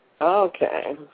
Okay